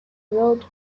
road